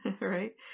right